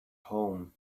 home